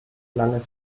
langen